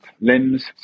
limbs